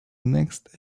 next